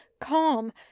calm